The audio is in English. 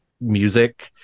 music